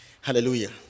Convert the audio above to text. Hallelujah